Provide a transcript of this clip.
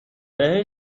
بهش